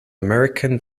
american